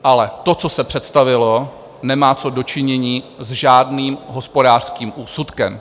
Ale to, co se představilo, nemá co do činění s žádným hospodářským úsudkem.